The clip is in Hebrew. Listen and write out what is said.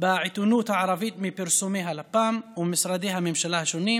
וכאשר עיתונאי ערבי מבקר את המשטרה ואת העבודה שלה,